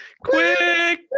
quick